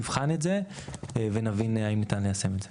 נבחן את זה ונבין האם ניתן ליישם את זה.